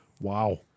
Wow